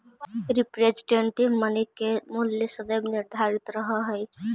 representative money के मूल्य सदैव निर्धारित रहऽ हई